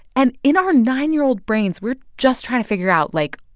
and in our nine year old brains, we're just trying to figure out, like,